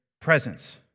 presence